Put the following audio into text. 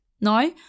now